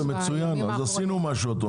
בסדר, מצוין, אז עשינו משהו את אומרת.